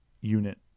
unit